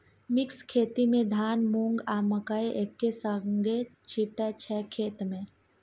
mix खेती मे धान, मुँग, आ मकय एक्के संगे छीटय छै खेत मे